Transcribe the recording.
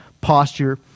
posture